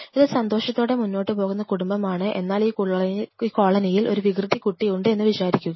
ഇത് സന്തോഷത്തോടെ മുന്നോട്ടു പോകുന്ന ഒരു കുടുംബമാണ് എന്നാൽ ഈ കോളനിയിൽ ഒരു വികൃതികുട്ടിയുണ്ട് എന്ന് വിചാരിക്കുക